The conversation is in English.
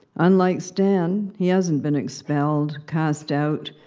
unlike stan, he hasn't been expelled, cast out,